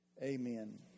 Amen